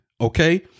Okay